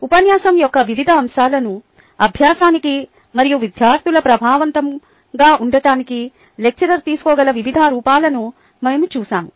ఉపన్యాసం యొక్క వివిధ అంశాలను అభ్యాసానికి మరియు విద్యార్థులకు ప్రభావవంతంగా ఉండటానికి లెక్చరర్ తీసుకోగల వివిధ రూపాలను మేము చూశాము